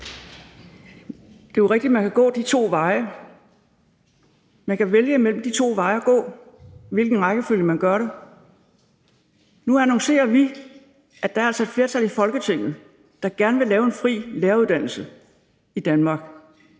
Det er jo rigtigt, at man kan vælge mellem de to veje at gå, og i hvilken rækkefølge man vil gøre det. Nu annoncerer vi, at der altså er et flertal i Folketinget, der gerne vil lave en fri læreruddannelse i Danmark.